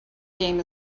game